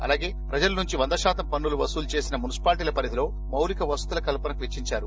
అలాగే ప్రజల నుంచి వంద శాతం పన్పులను వసూలు చేసిన మున్పిపాలిటీల పరిధిలో మౌలిక వసతుల కల్పనకు వెచ్చించారు